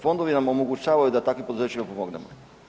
Fondovi nam omogućavaju da takvim poduzećima pomognemo.